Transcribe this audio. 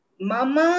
Mama